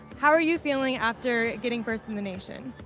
how are you feeling after getting first in the nation?